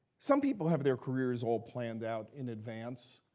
some people have their careers all planned out in advance.